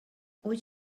would